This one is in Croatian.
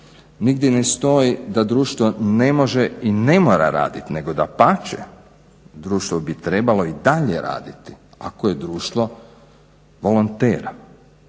nigdje ne stoji da društvo ne može i ne mora raditi, nego dapače, društvo bi trebalo dalje raditi ako je društvo volonter.